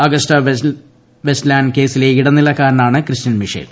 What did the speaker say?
Agusta Westland കേസിലെ ഇടനിലക്കാരനാണ് Christian Michel